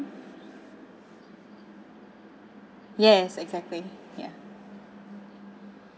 yes exactly ya